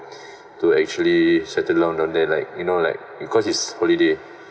to actually settle down on there like you know like because it's holiday